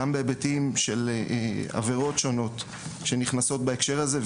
גם בהיבטים של עבירות שונות שנכנסות בהקשר הזה,